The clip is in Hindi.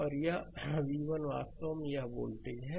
और यह v1 वास्तव में यह वोल्टेज है